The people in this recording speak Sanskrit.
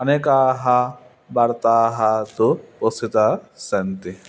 अनेकाः वार्ताः तु वस्तुतः सन्ति